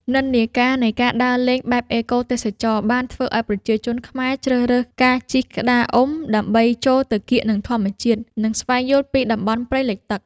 និន្នាការនៃការដើរលេងបែបអេកូទេសចរណ៍ បានធ្វើឱ្យប្រជាជនខ្មែរជ្រើសរើសការជិះក្តារអុំ ដើម្បីចូលទៅកៀកនឹងធម្មជាតិ និងស្វែងយល់ពីតំបន់ព្រៃលិចទឹក។